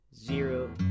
Zero